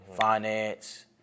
finance